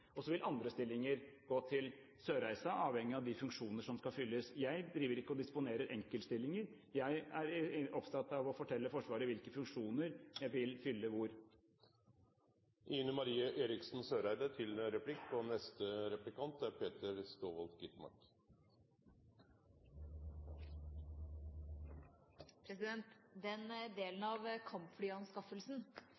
sjømakt. Så vil andre stillinger gå til Sørreisa, avhengig av de funksjoner som skal fylles. Jeg driver ikke og disponerer enkeltstillinger. Jeg er opptatt av å fortelle Forsvaret hvilke funksjoner som skal fylles hvor. Den delen